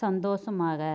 சந்தோஷமாக